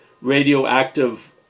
radioactive